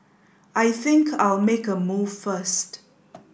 I think I'll make a move first